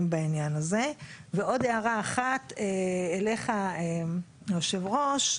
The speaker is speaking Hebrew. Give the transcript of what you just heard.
בעניין הזה ועוד הערה אחת אליך היושב ראש,